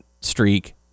streak